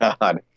God